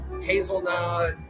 hazelnut